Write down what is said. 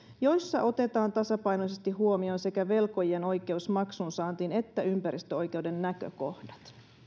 joissa otetaan tasapainoisesti huomioon sekä velkojien oikeus maksunsaantiin että ympäristöoikeuden näkökohdat